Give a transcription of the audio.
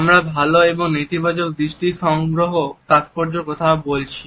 আমরা ভালো এবং নেতিবাচক দৃষ্টি সংগ্রহ তাৎপর্য কথা বলেছি